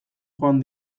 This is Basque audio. joan